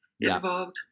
involved